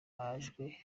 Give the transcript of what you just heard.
amajwi